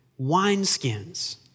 wineskins